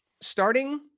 Starting